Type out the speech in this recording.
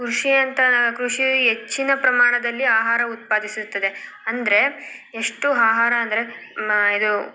ಕೃಷಿ ಅಂತ ಕೃಷಿ ಹೆಚ್ಚಿನ ಪ್ರಮಾಣದಲ್ಲಿ ಆಹಾರ ಉತ್ಪಾದಿಸುತ್ತದೆ ಅಂದರೆ ಎಷ್ಟು ಆಹಾರ ಅಂದರೆ ಇದು